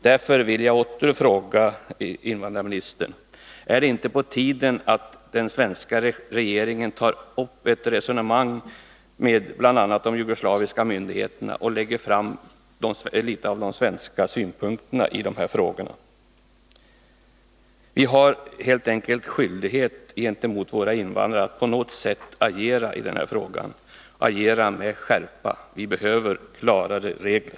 Därför vill jag åter fråga invandrarministern: Är det inte på tiden att den svenska regeringen tar upp ett resonemang med bl.a. de jugoslaviska myndigheterna och lägger fram de svenska synpunkterna på de här frågorna? Vi har helt enkelt skyldighet gentemot våra invandrare att på något sätt agera i den här frågan, och agera med skärpa. Vi behöver klarare regler.